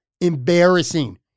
embarrassing